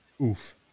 Oof